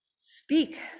Speak